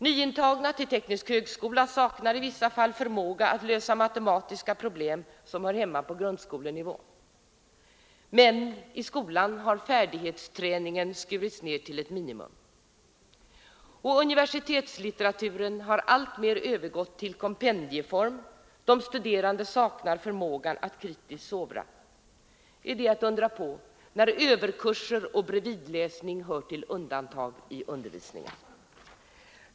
Nyintagna till teknisk högskola saknar i vissa fall förmåga att lösa matematiska problem som hör hemma på grundskolenivå. Men — i skolan har färdighetsträningen skurits ned till ett minimum. Universitetslitteraturen har alltmer övergått till kompendieform — de studerande saknar förmågan att kritiskt sovra. Är det att undra på när överkurser och bredvidläsning hör till undantag i undervisningen?